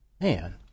Man